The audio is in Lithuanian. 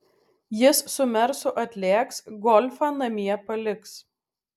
jis su mersu atlėks golfą namie paliks